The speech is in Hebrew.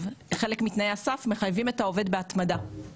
חלק מתנאי הסף מחייבים את העובד בהתמדה.